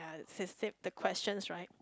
she set the question right